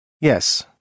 Yes